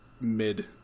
mid